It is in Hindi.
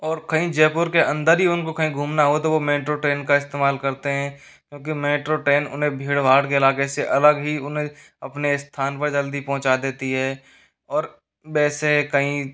और कहीं जयपुर के अंदर ही उनको कहीं घूमना हो तो वो मैट्रो ट्रेन का इस्तेमाल करते हैं क्योंकि मैट्रो ट्रेन उन्हें भीड़ भाड़ के इलाके से अलग ही उन्हें अपने स्थान पर जल्दी पहुँचा देती है और वैसे कहीं